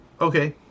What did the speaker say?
Okay